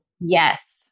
Yes